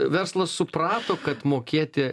verslas suprato kad mokėti